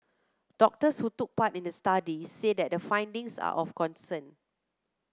doctors who took part in the study said that the findings are of concern